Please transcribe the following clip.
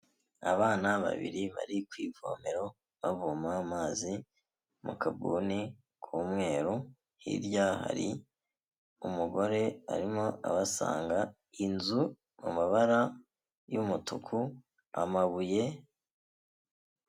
Abana babiri bari ku ivomero bavoma amazi mu kabuni k'umweru, hirya hari umugore arimo abasanga, inzu mu mabara y'umutuku amabuye.